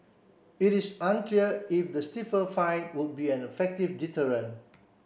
it is unclear if the stiffer fine would be an effective deterrent